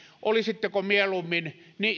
olisitteko mieluummin